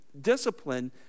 discipline